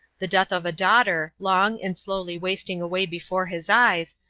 the death of a daughter, long and slowly wasting away before his eyes,